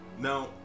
Now